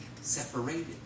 separated